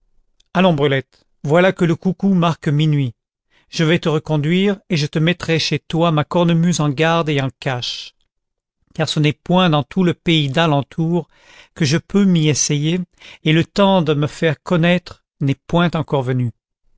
allons brulette voilà que le coucou marque minuit je vas te reconduire et je mettrai chez toi ma cornemuse en garde et en cache car ce n'est point dans tout le pays d'alentour que je peux m'y essayer et le temps de me faire connaître n'est point encore venu